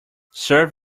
serve